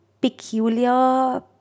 peculiar